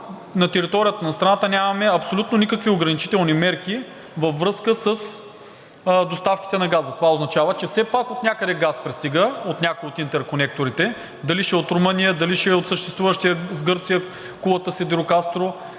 на територията на страната нямаме абсолютно никакви ограничителни мерки във връзка с доставките на газ. Това означава, че все пак отнякъде газ пристига от някои от интерконекторите – дали ще е от Румъния, дали ще е от съществуващия с Гърция Кулата – Сидирокастро,